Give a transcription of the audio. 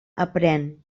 aprèn